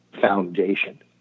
foundation